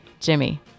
Jimmy